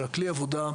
אלא כלי עבודה,